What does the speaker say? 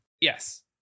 yes